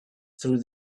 through